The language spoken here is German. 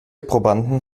probanden